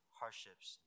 hardships